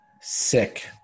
sick